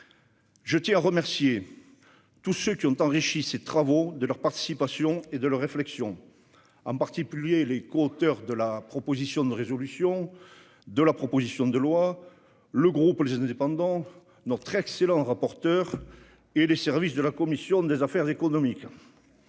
Je tiens à remercier tous ceux qui ont enrichi ces travaux de leur participation et de leur réflexion, en particulier les coauteurs de la proposition de loi, le groupe Les Indépendants - République et Territoires, notre excellent rapporteur et les services de la commission des affaires économiques.